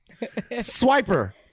Swiper